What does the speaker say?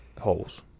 Holes